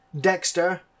dexter